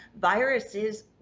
viruses